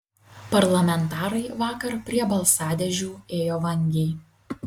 parlamentarai vakar prie balsadėžių ėjo vangiai